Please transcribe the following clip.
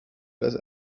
das